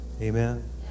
Amen